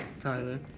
Tyler